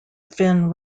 finn